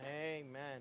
amen